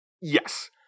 Yes